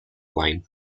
line